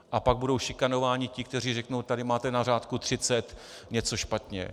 A pak budou šikanováni ti, kteří řeknou: Tady máte na řádku 30 něco špatně.